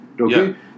Okay